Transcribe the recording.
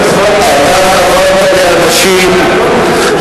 אתה חברת לאנשים,